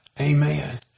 Amen